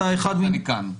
לכן אני כאן.